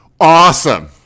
Awesome